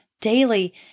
daily